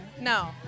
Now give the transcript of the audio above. No